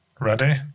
Ready